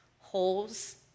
holes